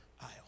aisle